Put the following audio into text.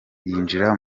yinjira